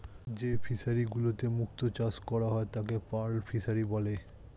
যেই ফিশারি গুলিতে মুক্ত চাষ করা হয় তাকে পার্ল ফিসারী বলে